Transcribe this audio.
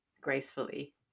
gracefully